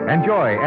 Enjoy